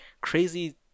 crazy